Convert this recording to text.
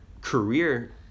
Career